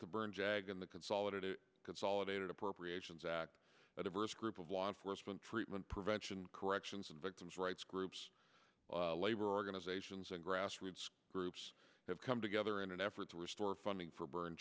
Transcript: to burn jag and the consolidated consolidated appropriations act a diverse group of law enforcement treatment prevention corrections and victim's rights groups labor organizations and grassroots groups have come together in an effort to restore funding for burn